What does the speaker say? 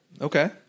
Okay